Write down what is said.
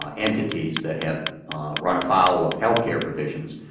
um entities that have run afoul of health care provisions,